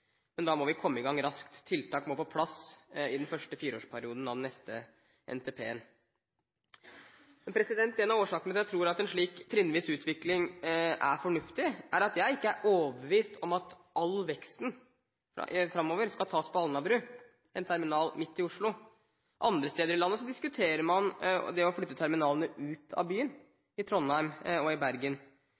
men da må vi komme i gang raskt. Tiltak må på plass i den første fireårsperioden i neste NTP. En av årsakene til at jeg tror at en slik trinnvis utvikling er fornuftig, er at jeg ikke er overbevist om at all veksten framover skal tas på Alnabru – en terminal midt i Oslo. Andre steder i landet diskuterer man å flytte terminalene ut av byene – i Trondheim og i Bergen.